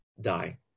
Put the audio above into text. die